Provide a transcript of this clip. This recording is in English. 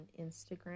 Instagram